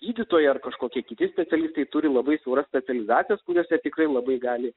gydytojai ar kažkokie kiti specialistai turi labai siauras specializacijas kuriose tikrai labai gali